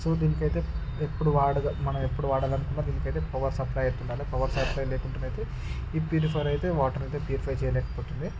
so దీనికైతే ఎప్పుడు వాడ మనం ఎప్పుడు వాడాలనుకున్న దీనికైతే పవర్ సప్లై అయితుండాలి పవర్ సప్లై లేకుండా నైతే ఈ ప్యూరిఫయర్ అయితే వాటర్ అయితే ప్యూరిఫై చేయలేకపోతుంది